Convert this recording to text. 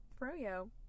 froyo